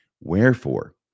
Wherefore